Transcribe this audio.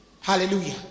Hallelujah